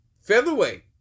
featherweight